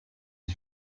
die